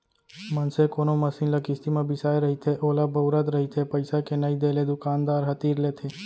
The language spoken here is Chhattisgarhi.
मनसे कोनो मसीन ल किस्ती म बिसाय रहिथे ओला बउरत रहिथे पइसा के नइ देले दुकानदार ह तीर लेथे